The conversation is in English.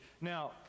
Now